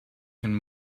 can